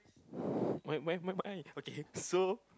why why why why okay so